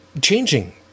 changing